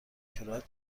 تکنوکرات